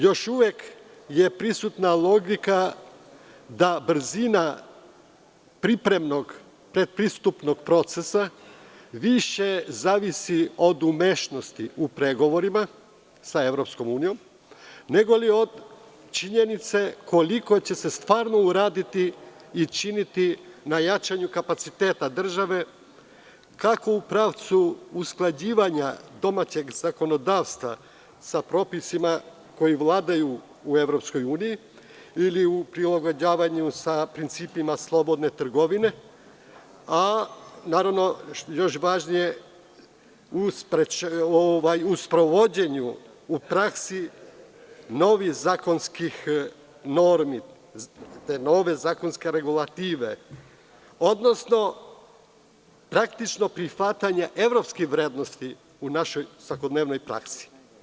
Još uvek je prisutna logika da brzina pripremnog predpristupnog procesa više zavisi od umešnosti u pregovorima sa EU, nego od činjenice koliko će se stvarno uraditi i činiti na jačanju kapaciteta države kako u pravcu usklađivanja domaćeg zakonodavstva sa propisima koji vladaju u EU ili u prilagođavanju sa principima slobodne trgovine, a još važnije u sprovođenju u praksi novih zakonskih normi, te nove zakonske regulative, odnosno praktično prihvatanje evropskih vrednosti u našoj svakodnevnoj praksi.